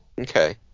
Okay